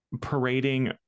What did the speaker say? parading